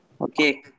Okay